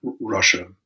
Russia